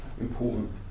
important